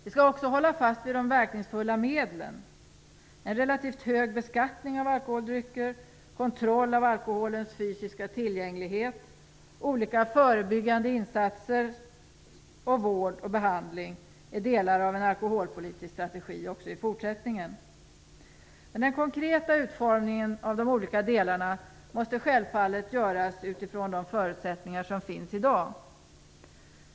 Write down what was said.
Vi skall också hålla fast vid de verkningsfulla medlen. En relativt hög beskattning av alkoholdrycker, kontroll av alkoholens fysiska tillgänglighet, olika förebyggande insatser och vård och behandling är delar av en alkoholpolitisk strategi också i fortsättningen. Men den konkreta utformningen av de olika delarna måste självfallet göras utifrån de förutsättningar som finns i dag.